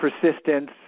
persistence